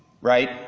right